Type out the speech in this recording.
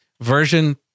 version